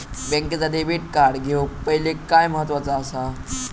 बँकेचा debit card घेउक पाहिले काय महत्वाचा असा?